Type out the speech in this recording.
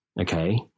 Okay